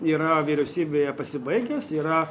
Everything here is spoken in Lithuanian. yra vyriausybėje pasibaigęs yra